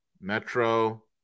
Metro